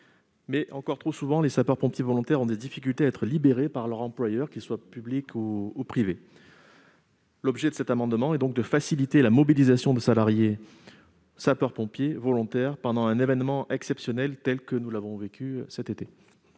arrive encore trop souvent que les sapeurs-pompiers volontaires aient des difficultés à être libérés par leur employeur, qu'il soit public ou privé. L'objet de cet amendement est donc de faciliter la mobilisation de salariés sapeurs-pompiers volontaires pendant un événement exceptionnel tel que celui que nous avons vécu cet été.